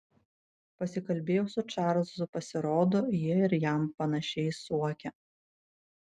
pasikalbėjau su čarlzu pasirodo jie ir jam panašiai suokia